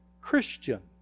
Christian